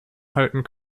halten